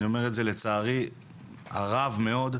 אני אומר את זה לצערי הרב מאוד,